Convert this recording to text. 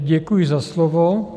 Děkuji za slovo.